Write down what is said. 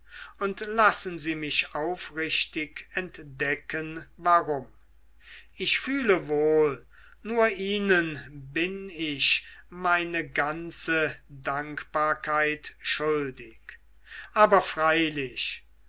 und lassen sie mich aufrichtig entdecken warum ich fühle wohl nur ihnen bin ich meine ganze dankbarkeit schuldig aber freilich